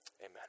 amen